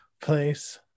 place